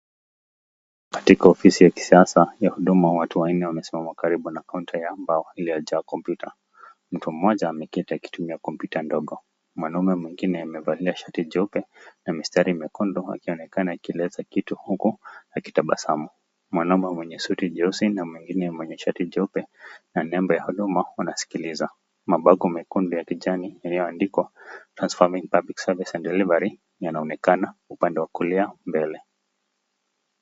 Katika ofisi ya kisasa ya huduma watu wanne wamesimama karibu na kaunta ya mbao ile yajaa kompyuta, mtu mmoja ameketi akitumia kompyuta ndogo, mwanaume mwingine amevalia shati jeupe na mistari mekundu akionekana akieleza kitu huku akitabasamu. Mwanaume mwenye suti jeusi na mwingine mwenye shati jeupe na nembo ya huduma wanasikiliza mabango mekundu na kijani iliyoandikwa Transforming Public service and delivery yanaonekana mbele.